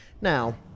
Now